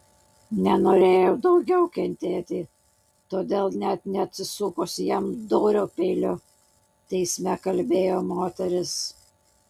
nenorėjau daugiau kentėti todėl net neatsisukusi jam dūriau peiliu teisme kalbėjo moteris